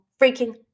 freaking